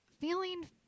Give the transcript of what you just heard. feeling